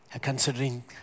Considering